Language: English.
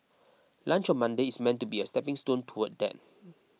lunch on Monday is meant to be a stepping stone toward that